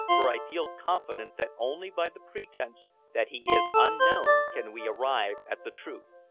for i feel confident that only by the pretense that he is unknown can we arrive at the truth.